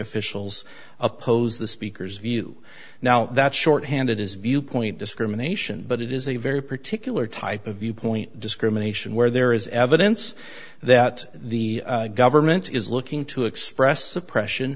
officials oppose the speaker's view now that short handed is viewpoint discrimination but it is a very particular type of viewpoint discrimination where there is evidence that the government is looking to express suppression